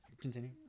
Continue